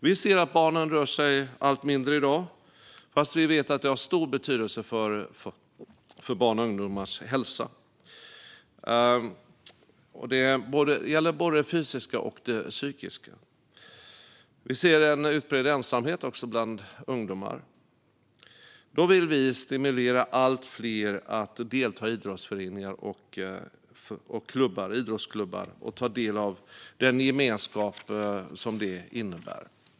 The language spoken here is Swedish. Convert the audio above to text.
Vi ser att barnen rör sig allt mindre i dag, fast vi vet att det har stor betydelse för barns och ungdomars fysiska och psykiska hälsa. Vi ser även en utbredd ensamhet bland ungdomar. Därför vill vi stimulera fler att delta i idrottsföreningar och idrottsklubbar och ta del av den gemenskap som det innebär.